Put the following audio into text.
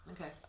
Okay